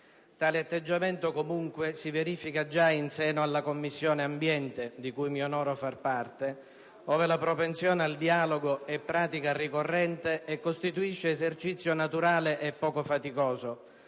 Tale atteggiamento, comunque, si verifica già in seno alla Commissione ambiente, di cui mi onoro far parte, ove la propensione al dialogo è pratica ricorrente e costituisce esercizio naturale e poco faticoso,